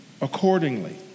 accordingly